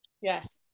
Yes